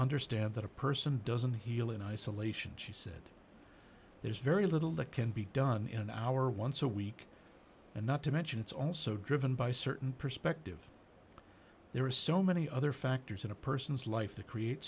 understand that a person doesn't heal in isolation she said there's very little that can be done in our once a week and not to mention it's also driven by certain perspective there are so many other factors in a person's life to create